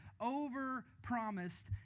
over-promised